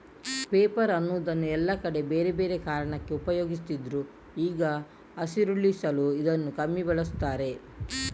paper ಅನ್ನುದನ್ನ ಎಲ್ಲಾ ಕಡೆ ಬೇರೆ ಬೇರೆ ಕಾರಣಕ್ಕೆ ಉಪಯೋಗಿಸ್ತಿದ್ರು ಈಗ ಹಸಿರುಳಿಸಲು ಇದನ್ನ ಕಮ್ಮಿ ಬಳಸ್ತಾರೆ